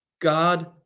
God